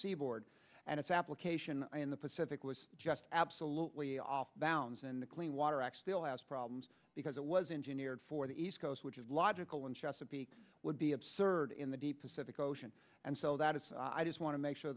seaboard and its application in the pacific was just absolutely off bounds and the clean water act still has problems because it was engineered for the east coast which is logical and chesapeake would be absurd in the deep acidic ocean and so that is i just want to make sure